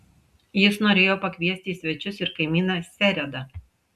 jis norėjo pakviesti į svečius ir kaimyną seredą